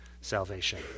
salvation